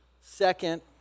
Second